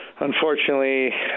unfortunately